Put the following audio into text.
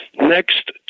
next